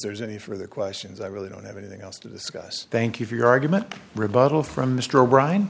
there's any further questions i really don't have anything else to discuss thank you for your argument